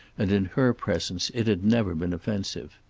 and in her presence it had never been offensive.